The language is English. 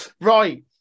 right